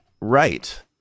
Right